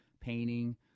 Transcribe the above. painting